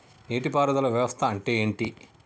నీటి పారుదల వ్యవస్థ అంటే ఏంటి?